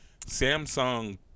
Samsung